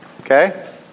Okay